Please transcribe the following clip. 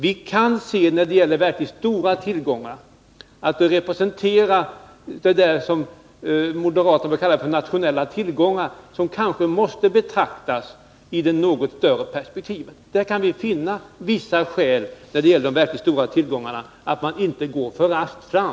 Vi kan se att de verkligt stora tillgångarna, de som moderaterna kallar nationella tillgångar, kanske måste betraktas i ett något större perspektiv. Beträffande dessa kan vi finna vissa skäl för att inte gå alltför raskt fram.